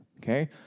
Okay